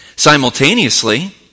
Simultaneously